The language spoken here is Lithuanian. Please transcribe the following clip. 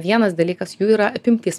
vienas dalykas jų yra apimtis